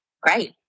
great